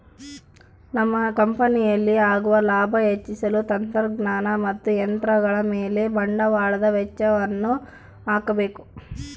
ನಮ್ಮ ಕಂಪನಿಯಲ್ಲಿ ಆಗುವ ಲಾಭ ಹೆಚ್ಚಿಸಲು ತಂತ್ರಜ್ಞಾನ ಮತ್ತು ಯಂತ್ರಗಳ ಮೇಲೆ ಬಂಡವಾಳದ ವೆಚ್ಚಯನ್ನು ಹಾಕಬೇಕು